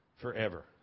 forever